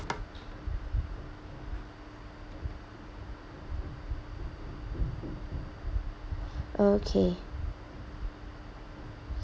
okay